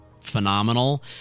phenomenal